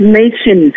nation